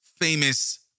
famous